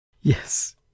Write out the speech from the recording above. Yes